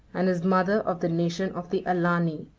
and his mother of the nation of the alani.